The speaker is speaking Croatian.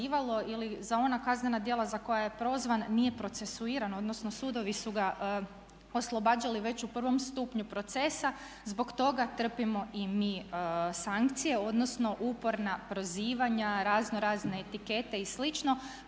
ili za ona kaznena djela za koja je prozvan nije procesuiran, odnosno sudovi su ga oslobađali već u prvom stupnju procesa zbog toga trpimo i mi sankcije odnosno uporna prozivanja, razno razne etikete i